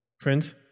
Friends